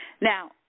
Now